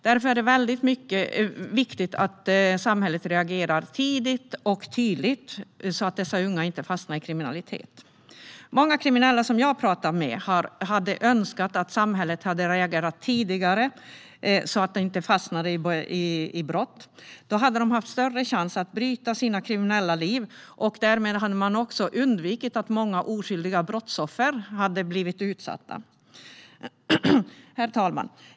Därför är det viktigt att samhället reagerar tidigt och tydligt så att dessa unga inte fastnar i kriminalitet. Många kriminella som jag har pratat med har önskat att samhället hade reagerat tidigare så att de inte fastnade i brott. Då hade de haft större chans att bryta med sitt kriminella liv. Man hade också kunnat undvika att många oskyldiga brottsoffer blev utsatta. Herr talman!